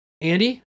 Andy